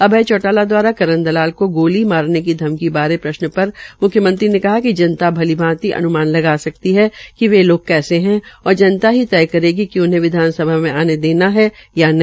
अभ्य चौटाला द्वारा करण दलाल को गोली मारने की धमकी बारे प्रश्न पर मुख्यमंत्री ने कहा कि जनता भलीभांति अन्मान लगा सकती है कि वे लोग कैसे है और जनता ही तय करेगी कि उन्हें विधानसभा में आने देना चाहिए या नहीं